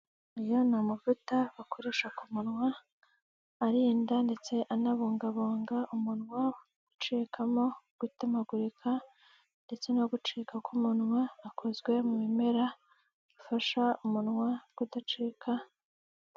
Ayo ni amavuta akoresha ku munwa. Arinda ndetse anabungabunga umunwa gucikamo, gutemagurika ndetse no gucika ku munwa. Akozwe mu bimera bifasha umunwa kudacika.